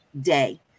day